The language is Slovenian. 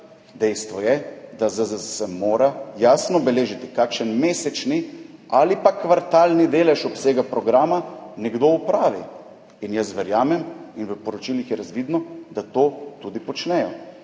Dejstvo je, da ZZZS mora jasno beležiti, kakšen mesečni ali pa kvartalni delež obsega programa nekdo opravi. Jaz verjamem in v poročilih je razvidno, da to tudi počnejo.